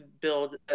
build